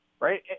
Right